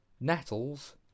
nettles